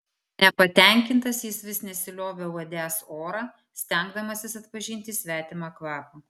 nepatenkintas jis vis nesiliovė uodęs orą stengdamasis atpažinti svetimą kvapą